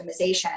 optimization